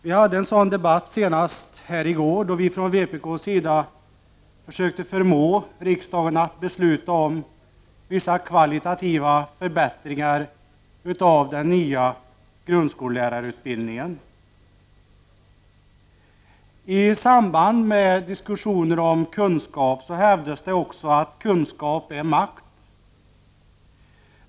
Vi hade en sådan debatt senast i går, då vi från vpk:s sida försökte förmå riksdagen att besluta om vissa kvalitativa förbättringar av den nya grundskollärarutbildningen. I samband med diskussioner om kunskap hävdas det också att kunskap är makt.